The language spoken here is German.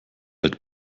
alt